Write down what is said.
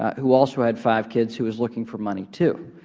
who also had five kids who was looking for money too.